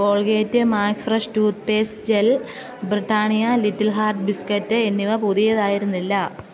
Colgate Max Fresh tooth paste gel Britannia Little Hearts biscuit എന്നിവ പുതിയതായിരുന്നില്ല